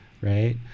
right